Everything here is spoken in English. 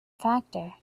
factor